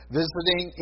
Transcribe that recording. visiting